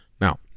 Now